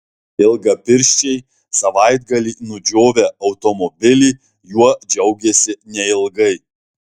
ilgapirščiai savaitgalį nudžiovę automobilį juo džiaugėsi neilgai